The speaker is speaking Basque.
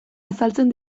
azaltzen